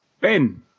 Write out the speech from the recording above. Ben